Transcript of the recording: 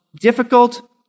difficult